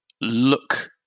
look